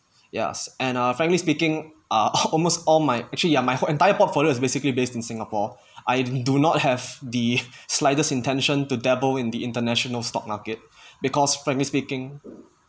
yes and ah frankly speaking ah almost all my actually ya my whole entire portfolio is basically based in singapore I do not have the slightest intention to dabble in the international stock market because frankly speaking